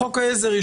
בחוק העזר,